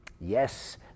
Yes